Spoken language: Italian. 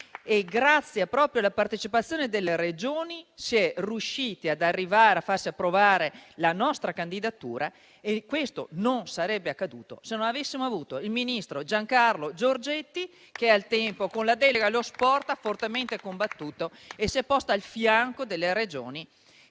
grazie alla partecipazione delle Regioni si è riusciti ad arrivare all'approvazione della nostra candidatura; questo non sarebbe accaduto, se non avessimo avuto il ministro Giancarlo Giorgetti, che al tempo, con la delega allo sport, ha fortemente combattuto, ponendosi a fianco delle Regioni